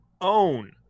own